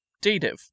Dative